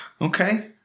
Okay